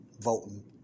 voting